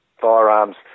firearms